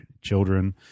children